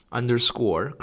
underscore